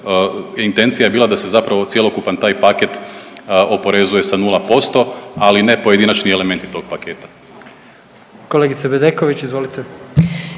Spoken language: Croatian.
intencija je bila da se zapravo cjelokupan taj paket oporezuje sa nula posto, ali ne pojedinačni elementi tog paketa. **Jandroković, Gordan